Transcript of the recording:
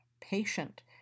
patient